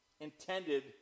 intended